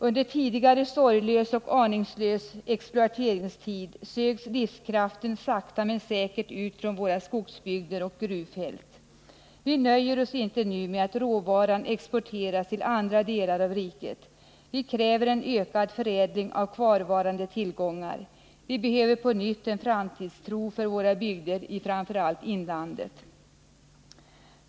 Under tidigare sorglös och aningslös exploateringstid sögs livskraften sakta men säkert ut från våra skogsbygder och gruvfält. Vi nöjer oss nu inte med att råvaran exporteras till andra delar av riket. Vi kräver en ökad förädling av kvarvarande tillgångar. Vi behöver på nytt få känna en framtidstro i våra bygder, framför allt i inlandet.